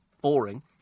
boring